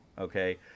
okay